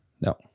No